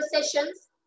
sessions